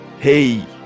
hey